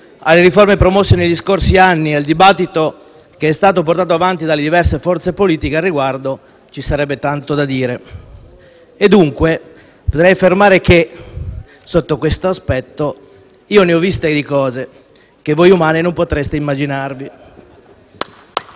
alle riforme promosse negli scorsi anni e al dibattito che è stato portato avanti dalle diverse forze politiche al riguardo, ci sarebbe tanto da dire. E dunque potrei affermare che, sotto questo aspetto: «io ne ho viste di cose che voi umani non potreste immaginarvi».